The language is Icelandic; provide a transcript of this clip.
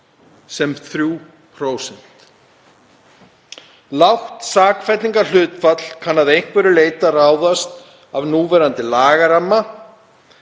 sem 3%. Lágt sakfellingarhlutfall kann að einhverju leyti að ráðast af núverandi lagaramma